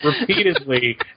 repeatedly